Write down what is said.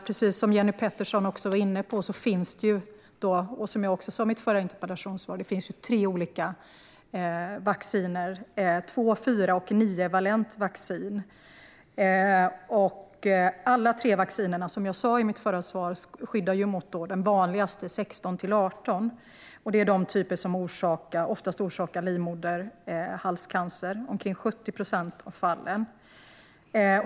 Precis som Jenny Petersson var inne på finns det tre olika vacciner, 2-valent, 4-valent och 9-valent vaccin. Som jag sa i mitt förra inlägg skyddar alla tre vaccinerna mot de vanligaste typerna, alltså HPV 16 och HPV 18. Det är de typer som oftast - i ca 70 procent av fallen - orsakar livmoderhalscancer.